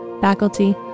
faculty